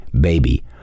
baby